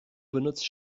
benutzt